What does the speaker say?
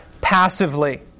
passively